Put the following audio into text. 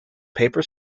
paper